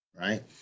right